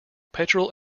petrol